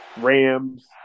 Rams